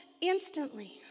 instantly